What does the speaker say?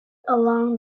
along